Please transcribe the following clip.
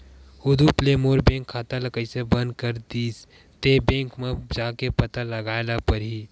उदुप ले मोर बैंक खाता ल कइसे बंद कर दिस ते, बैंक म जाके पता लगाए ल परही